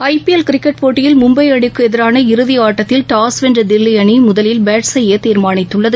ஐ P L cricket போட்டியில் மும்பை அணிக்கு எதிரான இறுதி ஆட்டத்தில் டாஸ் வென்ற தில்லி அணி முதலில் பேட் செய்ய தீர்மானித்துள்ளது